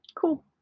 cool